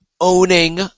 owning